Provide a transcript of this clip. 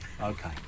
Okay